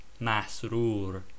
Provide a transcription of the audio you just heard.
masrur